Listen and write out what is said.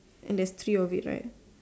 and there's three of it right